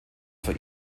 für